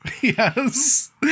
yes